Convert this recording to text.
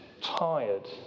tired